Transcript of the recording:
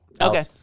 Okay